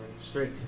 Straight